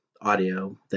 audio